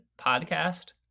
podcast